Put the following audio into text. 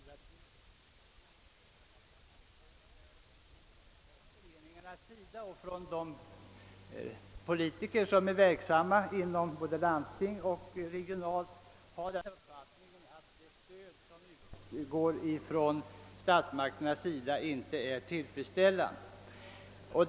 Det är klart att föreningarna och de politiker som är verksamma inom landstingen liksom regionalt kan ha den uppfatt ningen att statsmakternas stöd är otillfredsställande.